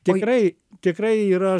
tikrai tikrai yra